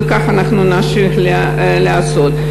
וכך אנחנו נמשיך לעשות.